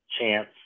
chance